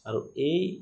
আৰু এই